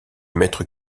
mètre